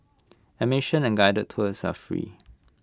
admission and guided tours are free